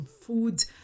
food